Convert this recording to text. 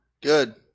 Good